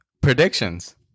predictions